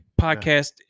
podcast